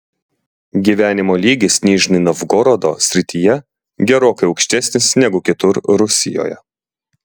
gyvenimo lygis nižnij novgorodo srityje gerokai aukštesnis negu kitur rusijoje